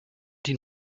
die